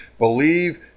believe